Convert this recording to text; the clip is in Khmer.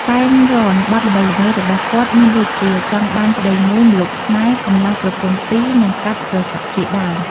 ប៉ែន រ៉ន បទល្បីៗរបស់គាត់មានដូចជា ចង់បានប្ដីមួយ ម្លប់ស្នេហ៍ កំលោះប្រពន្ធពីរ និងកាត់ត្រសក់ជាដើម។